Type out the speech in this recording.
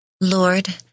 Lord